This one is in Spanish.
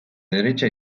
derecha